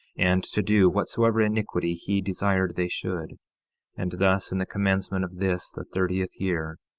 and to do whatsoever iniquity he desired they should and thus in the commencement of this, the thirtieth year,